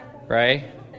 Right